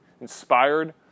inspired